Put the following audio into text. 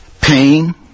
pain